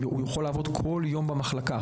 הם יכולים לעבוד כל יום במחלקה,